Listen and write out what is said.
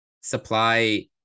supply